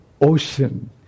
Ocean